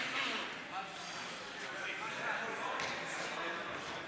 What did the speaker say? האם יש חברי כנסת באולם שעדיין מעוניינים להצביע?